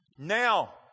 Now